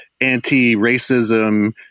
anti-racism